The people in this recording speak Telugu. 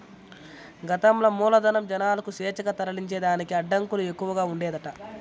గతంల మూలధనం, జనాలకు స్వేచ్ఛగా తరలించేదానికి అడ్డంకులు ఎక్కవగా ఉండేదట